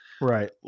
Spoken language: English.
right